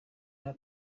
hano